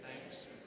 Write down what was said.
thanks